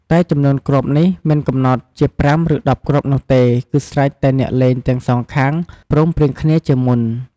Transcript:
តែចំនួនគ្រាប់នេះមិនកំណត់ជា ៥ ឬ ១០ គ្រាប់នោះទេ គឺស្រេចតែអ្នកលេងទាំងសងខាងព្រមព្រៀងកំណត់គ្នាជាមុន។